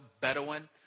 Bedouin